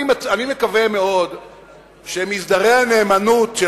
אני מקווה מאוד שמסדרי הנאמנות,